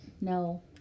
no